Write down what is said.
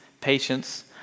patience